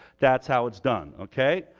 that's how it's done, okay,